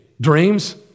dreams